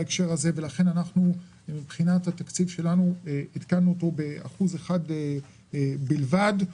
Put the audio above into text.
לכן עדכנו את התקציב שלנו באחוז אחד בלבד,